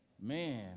man